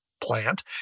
plant